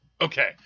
Okay